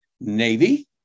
Navy